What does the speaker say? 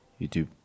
YouTube